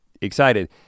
excited